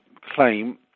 claim